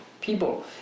people